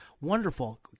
wonderful